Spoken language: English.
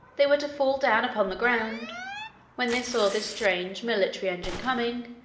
they were to fall down upon the ground when they saw this strange military engine coming,